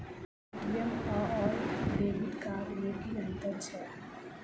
ATM आओर debit card मे की अंतर छैक?